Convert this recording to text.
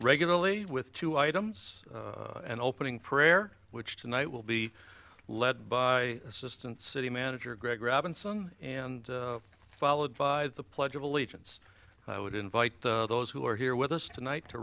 regularly with two items and opening prayer which tonight will be led by assistant city manager greg robinson and followed by the pledge of allegiance i would invite those who are here with us tonight to